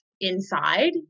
inside